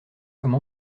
comme